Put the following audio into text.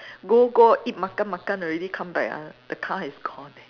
go go eat makan makan already come back ah the car is gone